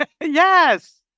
Yes